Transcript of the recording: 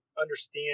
understand